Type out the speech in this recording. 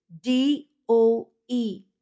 D-O-E